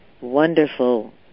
wonderful